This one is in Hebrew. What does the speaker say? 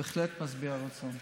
בהחלט משביע רצון.